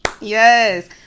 Yes